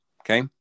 Okay